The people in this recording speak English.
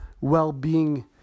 well-being